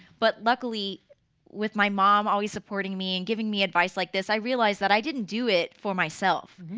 but luckily with my mom always supporting me and giving me advice like this, i realized that i didn't do it for myself.